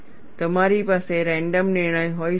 તમારી પાસે રેન્ડમ નિર્ણય હોઈ શકે નહીં